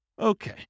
Okay